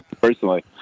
personally